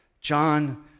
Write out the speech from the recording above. John